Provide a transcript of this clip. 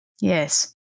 Yes